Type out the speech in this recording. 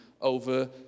over